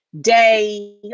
day